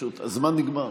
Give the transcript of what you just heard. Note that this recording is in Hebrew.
הזמן נגמר.